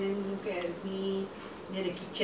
I was quite old already [what] I was about twenty eight